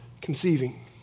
conceiving